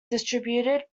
distributed